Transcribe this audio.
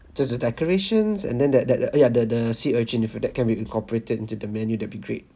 just the decorations and then that that the ya the the sea urchin if that can be incorporated into the menu that'll be great